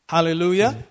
Hallelujah